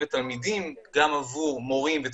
גם עבור הורים ותלמידים,